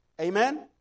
Amen